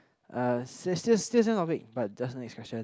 uh st~ still same topic but just next question